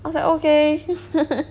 I was like okay